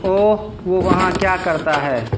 اور وہ وہاں کیا کرتا ہے